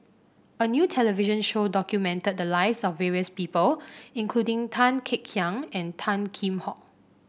a new television show documented the lives of various people including Tan Kek Hiang and Tan Kheam Hock